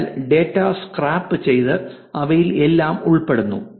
അതിനാൽ data scrap ചെയ്തു അവയിൽ എല്ലാം ഉൾപ്പെടുന്നു